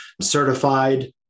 Certified